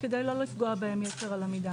כדי לא לפגוע בהם יתר על המידה.